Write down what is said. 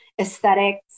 Aesthetics